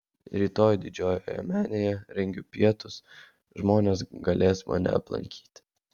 rytoj didžiojoje menėje rengiu pietus žmonės galės mane aplankyti